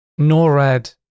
NORAD